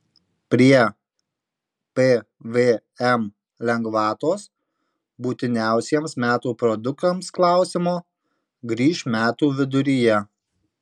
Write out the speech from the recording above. prie pvm lengvatos būtiniausiems metų produktams klausimo grįš metų viduryje